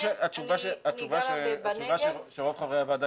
התשובה שרוב חברי הוועדה,